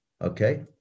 okay